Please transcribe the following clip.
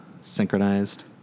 Synchronized